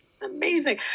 amazing